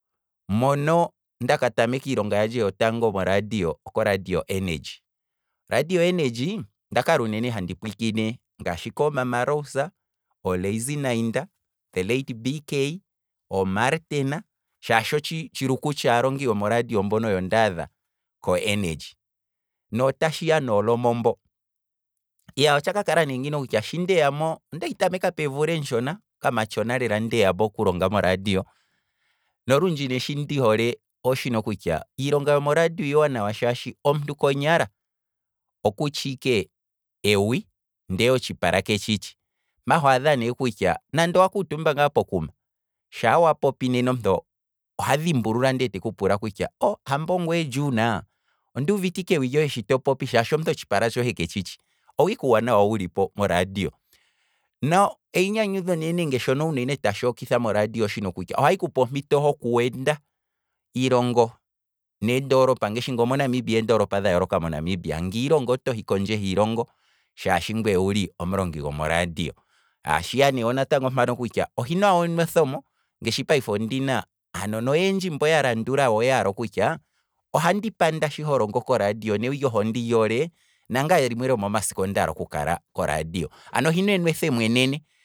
Mono ndaka tameka iilonga yandje yotango oko radio energy, oradio energy onda kalauunene handi pwiikine ngaashi ko mama rose, olazy nainda, the late bk, omartin shaashi otshi otshiluku tshaalongi yomo radio mbono oyo ndaadha ko energy noo tshiya noromo mbo, iya. otshaka kala nee ngino kutya, shi ndeyamo. ondehi tameka peemvula eetshona, kamatshona lela ndeyamo okulonga moradio, nolundji ne shi ndihole oshino kutya, iilonga yomo radio iiwanawa shaashi omuntu konyala okutshi ike ewi ndele otshipala ketshitshi, mpa hwaadha ne kuty, nande owa kuutumba ngaa pokuma, shaa wapopi nena omuntu oha dhimbulula nde teku pula kutya, oo, hamba ongwee juna, onduuvite ike ewi lyohe shito popi shaashi omuntu otshipala tshohe ketshitshi, owo ike uuwanawa wuli po moradio, neinyanyudho ne nenge shono uunene tashi ikotha moradio oshono kutya ohahi kupe ompito hoku enda iilongo neendolopa ngashi ngoo monamibia eendolopa dha yooloka, ngiilongo otohi kondje hiilongo, shaashi ngwee owuli omulongi gomoradio, hashiya wo ne natango mpano kutya ohili enwethemo, ngaashi payife ondina aanona oyendji mbo yalandula wo yaala kutya ohandi panda sho holongo koradio newi lyohe ondi lyoole. nangaye limwe lyomomasiku ondaala oku kala koradio, ano ohina enwethemo enene